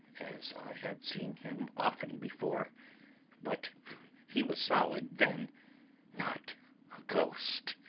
as i had seen him often before but he was solid then not a ghost,